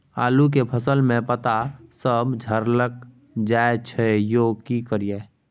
आलू के फसल में पता सब झरकल जाय छै यो की करियैई?